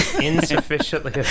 insufficiently